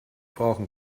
brauchen